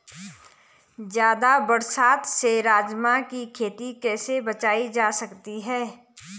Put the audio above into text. ज़्यादा बरसात से राजमा की खेती कैसी बचायी जा सकती है?